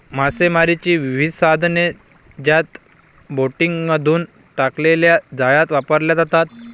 मासेमारीची विविध साधने ज्यात बोटींमधून टाकलेल्या जाळ्या वापरल्या जातात